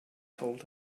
told